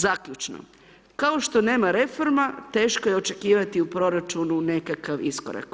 Zaključno, kao što nema reforma, teško je očekivati u proračunu nekakav iskorak.